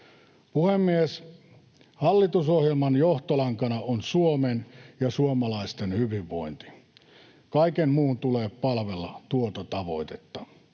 Puhemies! Hallitusohjelman johtolankana on Suomen ja suomalaisten hyvinvointi. Kaiken muun tulee palvella tuota tavoitetta.